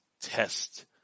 Test